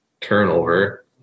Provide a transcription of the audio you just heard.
turnover